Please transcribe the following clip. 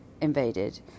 invaded